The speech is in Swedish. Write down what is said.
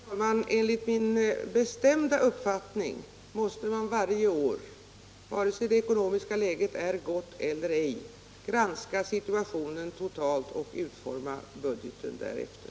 Herr talman! Enligt min bestämda uppfattning måste man varje år — oavsett om det ekonomiska läget är gott eller ej — granska situationen totalt och utforma budgeten därefter.